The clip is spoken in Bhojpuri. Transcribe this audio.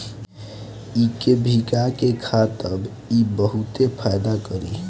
इके भीगा के खा तब इ बहुते फायदा करि